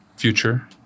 Future